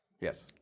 Yes